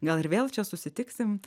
gal ir vėl čia susitiksim